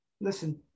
Listen